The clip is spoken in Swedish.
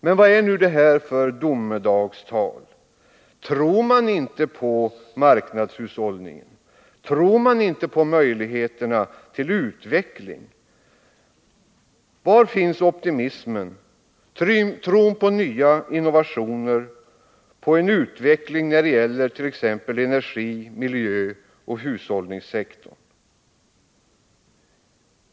Men vad är nu det här för domedagstal? Tror man inte på marknadshushållningen? Tror man inte på möjligheterna till utveckling? Var finns optimismen, tron på innovationer, på en utveckling t.ex. inom energi-, miljöoch hushållningssektorn?